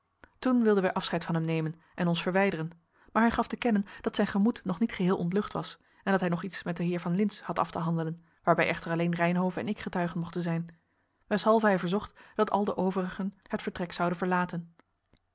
toen wilden wij afscheid van hem nemen en ons verwijderen maar hij gaf te kennen dat zijn gemoed nog niet geheel ontlucht was en dat hij nog iets met den heer van lintz had af te handelen waarbij echter alleen reynhove en ik getuigen mochten zijn weshalve hij verzocht dat al de overigen het vertrek zouden verlaten